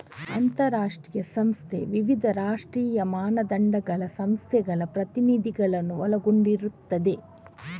ಅಂತಾರಾಷ್ಟ್ರೀಯ ಸಂಸ್ಥೆ ವಿವಿಧ ರಾಷ್ಟ್ರೀಯ ಮಾನದಂಡಗಳ ಸಂಸ್ಥೆಗಳ ಪ್ರತಿನಿಧಿಗಳನ್ನ ಒಳಗೊಂಡಿರ್ತದೆ